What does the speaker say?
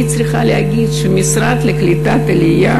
אני צריכה להגיד שהמשרד לקליטת העלייה,